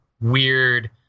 weird